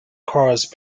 cause